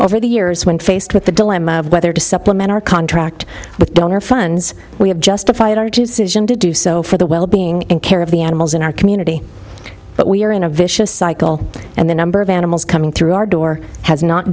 over the years when faced with the dilemma of whether to supplement our contract with donor funds we have justified to do so for the wellbeing and care of the animals in our community but we are in a vicious cycle and the number of animals coming through our door has not